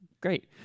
great